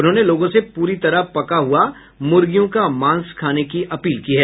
उन्होंने लोगों से पूरी तरह पका हुआ मुर्गियों का मांस खाने की अपील की है